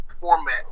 format